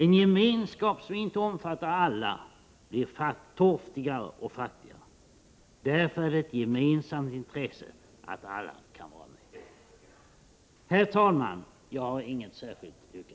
En gemenskap som inte omfattar alla blir torftigare och fattigare. Därför är det ett gemensamt intresse att alla kan vara med.” Herr talman! Jag har inget särskilt yrkande.